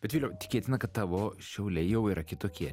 bet viliau tikėtina kad tavo šiauliai jau yra kitokie